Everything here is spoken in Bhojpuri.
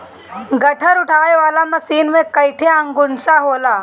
गट्ठर उठावे वाला मशीन में कईठे अंकुशा होला